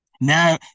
Now